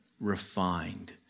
refined